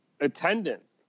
attendance